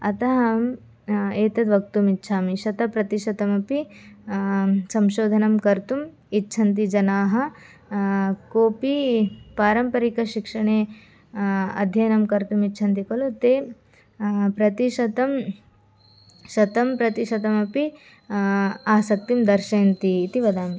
अतः अहम् एतद् वक्तुम् इच्छामि शतप्रतिशतमपि संशोधनं कर्तुम् इच्छन्ति जनाः कोऽपि पारम्परिकशिक्षणे अध्ययनं कर्तुम् इच्छन्ति खलु ते प्रतिशतं शतं प्रतिशतमपि आसक्तिं दर्शयन्ति इति वदामि